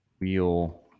wheel